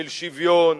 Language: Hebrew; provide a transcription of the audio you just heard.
של שוויון,